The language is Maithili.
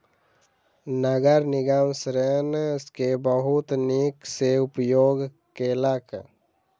नगर निगम ऋण के बहुत नीक सॅ उपयोग केलक